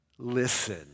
Listen